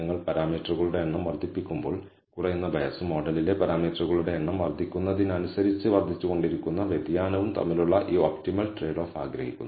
നിങ്ങൾ പാരാമീറ്ററുകളുടെ എണ്ണം വർദ്ധിപ്പിക്കുമ്പോൾ കുറയുന്ന ബയസും മോഡലിലെ പാരാമീറ്ററുകളുടെ എണ്ണം വർദ്ധിക്കുന്നതിനനുസരിച്ച് വർദ്ധിച്ചുകൊണ്ടിരിക്കുന്ന വ്യതിയാനവും തമ്മിലുള്ള ഈ ഒപ്റ്റിമൽ ട്രേഡ് ഓഫ് ആഗ്രഹിക്കുന്നു